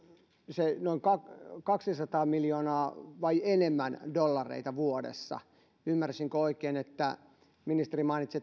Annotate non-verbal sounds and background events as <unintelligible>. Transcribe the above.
se noin kaksisataa miljoonaa vai enemmän dollaria vuodessa ymmärsinkö oikein että ministeri mainitsi <unintelligible>